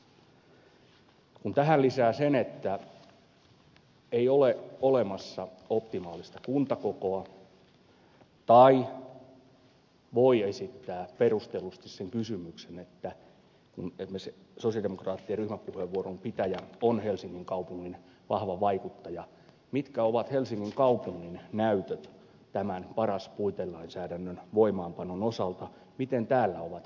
tähän voi lisätä sen että ei ole olemassa optimaalista kuntakokoa tai voi esittää perustellusti sen kysymyksen kun esimerkiksi sosialidemokraattien ryhmäpuheenvuoron käyttäjä on helsingin kaupungin vahva vaikuttaja mitkä ovat helsingin kaupungin näytöt tämän paras puitelainsäädännön voimaanpanon osalta miten täällä ovat asiat kehittyneet